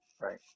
right